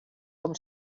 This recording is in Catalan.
com